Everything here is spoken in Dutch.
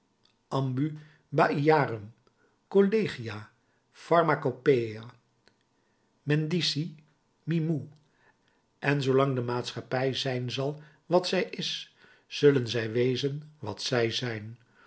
ambubaïarum collegia pharmacopolæ mendici mimoe en zoo lang de maatschappij zijn zal wat zij is zullen zij wezen wat zij zijn